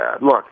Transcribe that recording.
Look